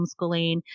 homeschooling